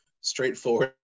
straightforward